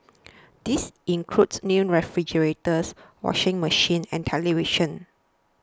these include new refrigerators washing machines and televisions